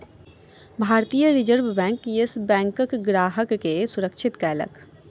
भारतीय reserve bank, Yes बैंकक ग्राहक के सुरक्षित कयलक